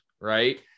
right